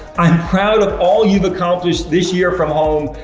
i'm proud of all you've accomplished this year from home.